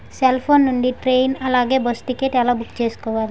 Cell phone నుండి train అలాగే bus ticket ఎలా బుక్ చేసుకోవాలి?